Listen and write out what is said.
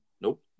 Nope